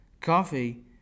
Coffee